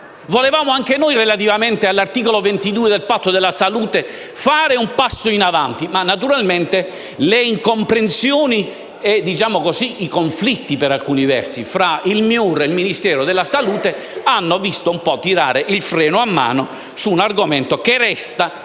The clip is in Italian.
qualcosa in più. Relativamente all'articolo 22 del Patto della salute volevamo fare un passo in avanti, ma naturalmente le incomprensioni e i conflitti, per alcuni versi, tra il MIUR e il Ministero della salute, hanno visto tirare il freno a mano su un argomento che resta